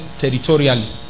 territorially